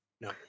No